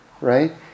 right